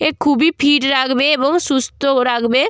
এ খুবই ফিট রাখবে এবং সুস্থও রাখবে